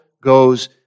goes